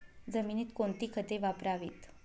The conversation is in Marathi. जमिनीत कोणती खते वापरावीत?